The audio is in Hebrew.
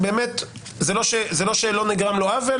זה לא שלא נגרם לו עוול,